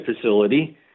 facility